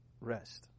rest